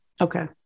Okay